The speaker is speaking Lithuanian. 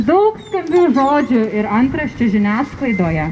daug skambių žodžių ir antraščių žiniasklaidoje